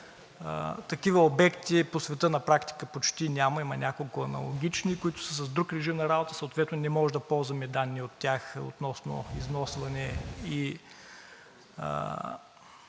Такива обекти по света на практика почти няма. Има няколко аналогични, които са с друг режим на работа – съответно не можем да ползваме данни от тях относно износване и